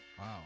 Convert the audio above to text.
Wow